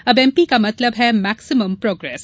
अब एमपी का मतलब है मैक्जिमम प्रोग्रेस